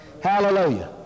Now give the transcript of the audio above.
Hallelujah